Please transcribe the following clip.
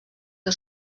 que